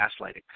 gaslighting